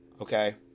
okay